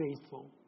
faithful